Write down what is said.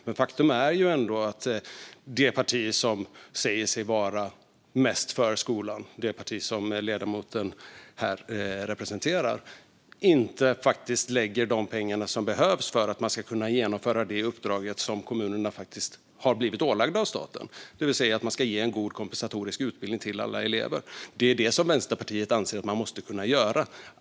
Men faktum är ändå att det parti som säger sig vara mest för skolan - det parti som ledamoten representerar - inte lägger de pengar som behövs för att man ska kunna genomföra det uppdrag som kommunerna har blivit ålagda av staten, det vill säga att ge en god kompensatorisk utbildning till alla elever. Det är det som Vänsterpartiet anser att man måste kunna göra.